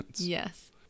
yes